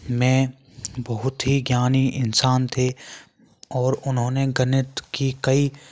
में बहुत ही ज्ञानी इंसान थे और उन्होंने गणित की कई